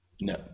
No